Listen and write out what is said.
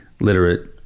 literate